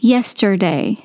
Yesterday